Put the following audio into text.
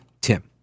Tim